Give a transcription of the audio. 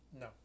No